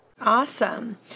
Awesome